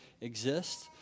exist